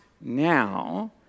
now